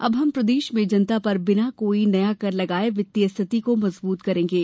अब हम प्रदेश में जनता पर बिना कोई नया कर लगाये वित्तीय स्थिति को मजबूत करेंगे